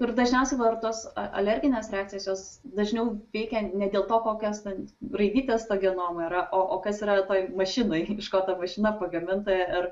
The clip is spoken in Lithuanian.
ir dažniausiai va ir tos a alerginės reakcijos jos dažniau veikia ne dėl to kokios ten raidytės to genomo yra o o kas yra toj mašinoj iš ko ta mašina pagaminta ir